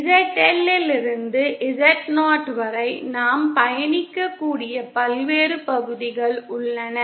ZL இலிருந்து Z0 வரை நாம் பயணிக்கக்கூடிய பல்வேறு பகுதிகள் உள்ளன